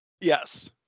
Yes